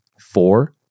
four